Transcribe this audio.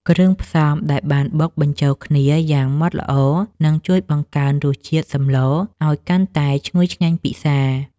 គ្រឿងផ្សំដែលបានបុកបញ្ចូលគ្នាយ៉ាងម៉ត់ល្អនឹងជួយបង្កើនរសជាតិសម្លឱ្យកាន់តែឈ្ងុយឆ្ងាញ់ពិសា។